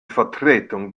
vertretung